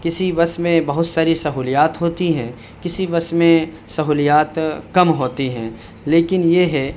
کسی بس میں بہت ساری سہولیات ہوتی ہیں کسی بس میں سہولیات کم ہوتی ہیں لیکن یہ ہے